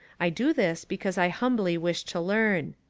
i do this because i humbly wish to learn.